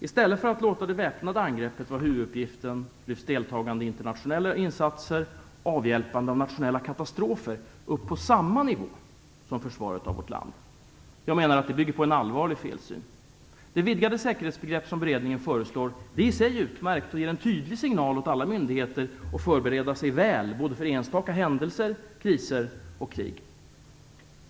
I stället för att låta det väpnade angreppet vara huvuduppgiften lyfts deltagande i internationella insatser och avhjälpande av nationella katastrofer upp på samma nivå som försvaret av vårt land. Jag menar att det bygger på en allvarlig felsyn. Det vidgade säkerhetsbegrepp som beredningen föreslår är i sig utmärkt och ger en tydlig signal åt alla myndigheter att förbereda sig väl både för enstaka händelser, kriser och krig.